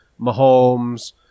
Mahomes